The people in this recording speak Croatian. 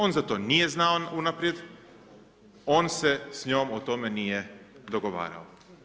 On za to nije znao unaprijed, on se s njom o tome nije dogovarao.